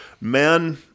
Men